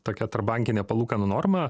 tokia tarpbankinė palūkanų norma